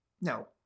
No